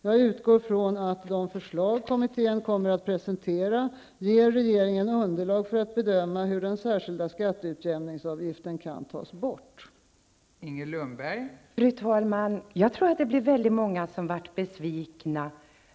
Jag utgår ifrån att de förslag kommittén kommer att presentera ger regeringen underlag för att bedöma hur den särskilda skatteutjämningsavgiften kan tas bort.